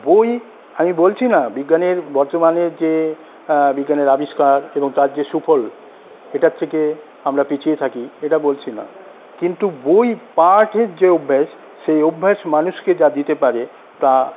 বই আমি বলছি না বিজ্ঞানের বর্তমানে যে বিজ্ঞানের আবিষ্কার এবং তার যে সুফল এটার থেকে আমরা পিছিয়ে থাকি এটা বলছি না কিন্তু বই পাঠের যে অভ্যাস সেই অভ্যাস মানুষকে যা দিতে পারে তা